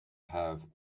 have